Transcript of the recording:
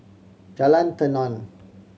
Jalan Tenon